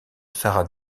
sarah